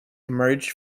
emerged